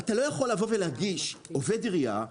אתה לא יכול לבוא ולהגיש עובד עירייה,